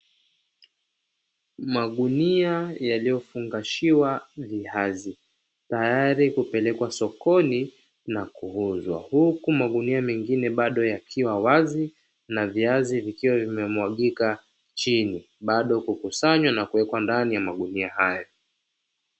Magunia yaliyofungashiwa viazi tayari kupelekwa sokoni na kuuzwa, huku magunia mengine bado yakiwa wazi na viazi vikiwa vimemwagika chini bado kukusanywa na kuwekwa ndani ya magunia haya.